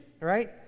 right